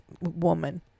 woman